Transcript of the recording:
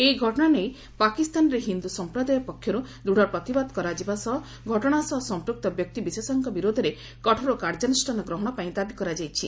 ଏହି ଘଟଣା ନେଇ ପାକିସ୍ତାନରେ ହିନ୍ଦ୍ର ସମ୍ପ୍ରଦାୟ ପକ୍ଷର୍ ଦୃତ୍ ପ୍ରତିବାଦ କରାଯିବା ସହ ଘଟଣା ସହ ସମ୍ପୁକ୍ତ ବ୍ୟକ୍ତିବିଶେଷଙ୍କ ବିରୋଧରେ କଠୋର କାର୍ଯ୍ୟାନୁଷାନ ଗ୍ରହଣ ପାଇଁ ଦାବି କରାଯାଇଛି